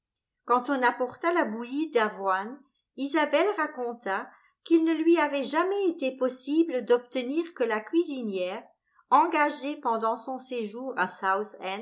quand on apporta la bouillie d'avoine isabelle raconta qu'il ne lui avait jamais été possible d'obtenir que la cuisinière engagée pendant son séjour à